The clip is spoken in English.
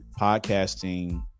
podcasting